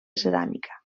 ceràmica